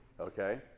okay